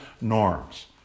norms